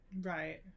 Right